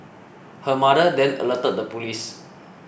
her mother then alerted the police